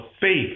faith